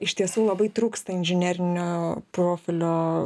iš tiesų labai trūksta inžinerinio profilio